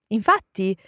Infatti